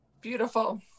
Beautiful